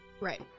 Right